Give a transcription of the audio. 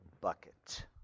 bucket